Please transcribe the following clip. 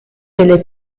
delle